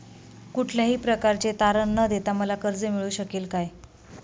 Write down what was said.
कुठल्याही प्रकारचे तारण न देता मला कर्ज मिळू शकेल काय?